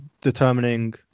determining